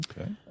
Okay